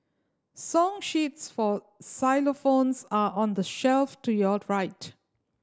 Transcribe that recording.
song sheets for xylophones are on the shelf to your right